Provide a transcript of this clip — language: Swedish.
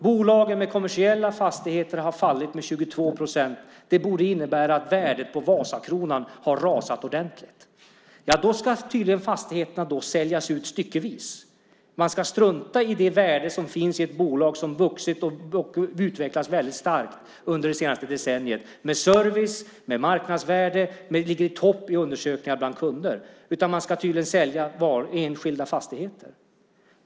Bolagen med kommersiella fastigheter har fallit med 22 procent. Det borde innebära att värdet på Vasakronan rasat ordentligt. Då ska tydligen fastigheterna i stället säljas ut styckevis. Man ska alltså strunta i det värde som finns i det bolag som under det senaste decenniet vuxit och utvecklats starkt vad gäller service och marknadsvärde och som ligger i topp i kundundersökningar. Man ska tydligen sälja enskilda fastigheter.